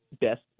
best